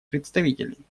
представителей